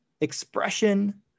expression